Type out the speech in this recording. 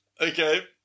Okay